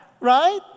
Right